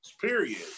period